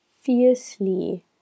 fiercely